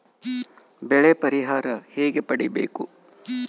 ಬೆಳೆ ಪರಿಹಾರ ಹೇಗೆ ಪಡಿಬೇಕು?